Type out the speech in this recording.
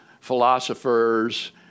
philosophers